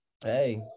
Hey